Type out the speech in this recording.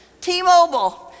T-Mobile